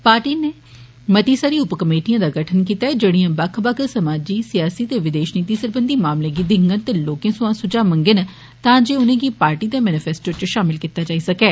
party नै मती सारी उप कमेटिएं दा गठन कीता ऐ जेड़ियां बक्ख बक्ख समाजी सियासी ते विदेष नीति सरबंधी मामले गी दिक्खौग ते लोके सोयां सुझाव मंगे न तां जे उनेंगी पार्टी दे मेनीफेस्टो च षामल कीता जाई सकै